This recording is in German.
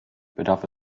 bedarf